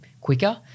quicker